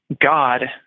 God